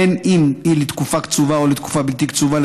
בין שהיא לתקופה קצובה ובין שהיא לתקופה בלתי קצובה,